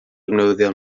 newyddion